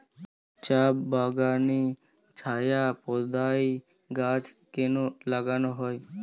চা বাগানে ছায়া প্রদায়ী গাছ কেন লাগানো হয়?